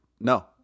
No